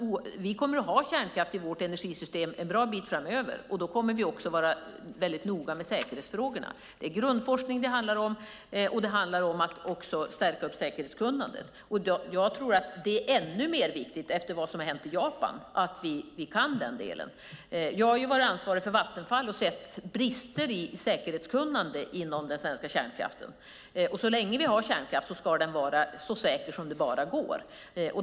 Vi kommer att ha kärnkraft i vårt energisystem ett bra tag framöver, tror jag, och kommer då också att vara väldigt noga med säkerhetsfrågorna. Det handlar om grundforskning och om att stärka säkerhetskunnandet. Jag tror att det är ännu viktigare att vi kan den delen efter vad som hänt i Japan. Jag har varit ansvarig för Vattenfall och har sett brister i säkerhetskunnande inom den svenska kärnkraften. Så länge vi har kärnkraft ska den vara så säker som det bara går.